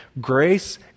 grace